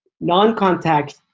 non-contact